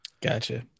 Gotcha